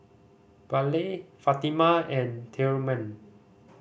Vallie Fatima and Tilman